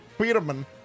Peterman